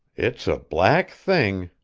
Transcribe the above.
it's a black thing,